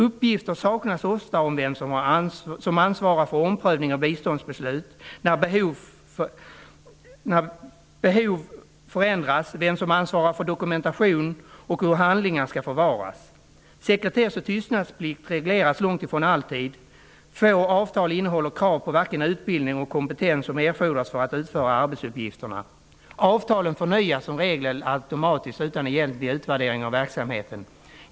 Uppgifter saknas oftast om vem som ansvarar för omprövning av biståndsbeslut, när ett behov förändras, vem som ansvarar för dokumentation och hur handlingarna skall förvaras. Sekretess och tystnadsplikt regleras långtifrån alltid. Få avtal innehåller krav på vilken utbildning och kompetens som erfordras för att utföra arbetsuppgifterna. Avtalen förnyas som regel automatiskt utan egentlig utvärdering av verksamheten.